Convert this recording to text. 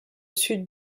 sud